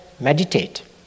meditate